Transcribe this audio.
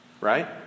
right